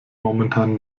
momentan